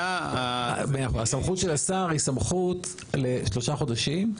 הסמכות של השר היא שמכות לשלושה חודשים.